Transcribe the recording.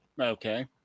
Okay